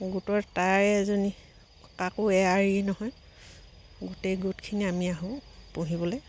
গোটৰ তাৰে এজনী কাকো এৰা এৰি নহয় গোটেই গোটখিনি আমি আহোঁ পুহিবলৈ